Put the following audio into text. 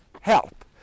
help